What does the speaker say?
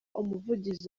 umuvugizi